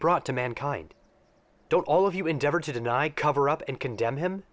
brought to mankind don't all of you endeavor to deny cover up and condemn him